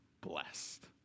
blessed